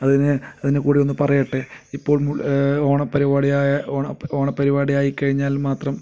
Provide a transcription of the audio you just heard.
അതിനു അതിനു കൂടിയൊന്ന് പറയട്ടെ ഇപ്പോൾ ഓണപ്പരിപാടിയായ ഓണം ഓണപ്പരിപാടി ആയിക്കഴിഞ്ഞാൽ മാത്രം